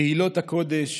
קהילות הקודש